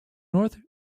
north